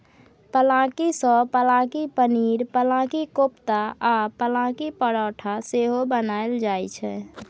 पलांकी सँ पलांकी पनीर, पलांकी कोपता आ पलांकी परौठा सेहो बनाएल जाइ छै